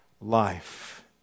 life